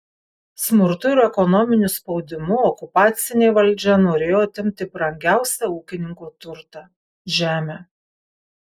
smurtu ir ekonominiu spaudimu okupacinė valdžia norėjo atimti brangiausią ūkininko turtą žemę